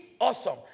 awesome